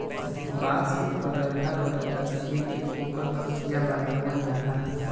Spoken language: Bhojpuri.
बांस के पतरका पतरका छील के ओकर खचिया बनावल जाला